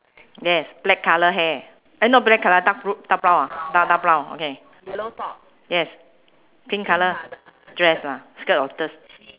yes black colour hair eh not black colour dark blue dark brown ah dar~ dark brown okay yes pink colour dress ah skirt or dr~